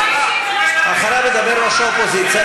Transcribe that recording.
"מה שווה התאגיד אם אנחנו לא יכולים לשלוט בו?" בסדר,